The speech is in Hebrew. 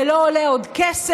זה לא עולה עוד כסף.